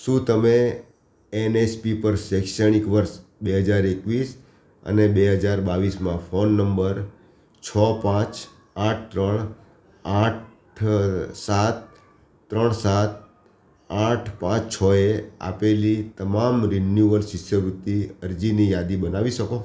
શું તમે એનએસપી પર શૈક્ષણિક વર્ષ બે હજાર એકવીસ અને બે હજાર બાવીસમાં ફોન નંબર છ પાંચ આઠ ત્રણ આઠ અ સાત ત્રણ સાત આઠ પાંચ છ એ આપેલી તમામ રિન્યુઅલ શિષ્યવૃત્તિ અરજીની યાદી બનાવી શકો